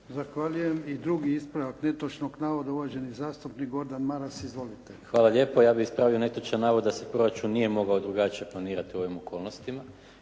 Zahvaljujem. I drugi ispravak netočnog navoda uvaženi zastupnik Gordan Maras. Izvolite. **Maras, Gordan (SDP)** Hvala lijepo. Ja bih ispravio netočan navod da se proračun nije mogao drugačije planirati u ovim okolnostima.